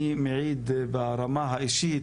אני מעיד ברמה האישית,